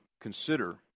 consider